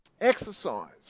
Exercise